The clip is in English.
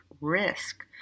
risk